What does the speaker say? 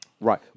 Right